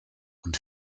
und